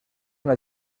una